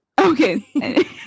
okay